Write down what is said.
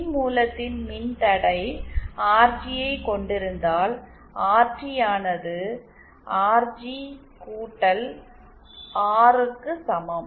மின்மூலத்தின் மின்தடை ஆர்ஜி யை கொண்டிருந்தால் ஆர்டி ஆனது ஆர்ஜிஆர்க்கு RGR சமம்